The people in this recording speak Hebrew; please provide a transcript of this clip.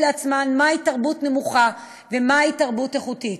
לעצמן מהי תרבות נחותה ומהי איכותית.